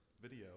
video